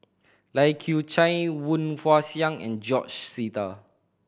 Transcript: Lai Kew Chai Woon Wah Siang and George Sita